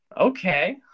okay